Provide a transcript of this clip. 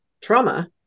trauma